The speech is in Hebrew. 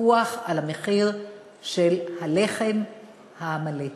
פיקוח על המחיר של הלחם המלא.